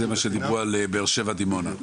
כמו הדוגמה של באר שבע דימונה.